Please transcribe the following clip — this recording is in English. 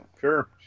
Sure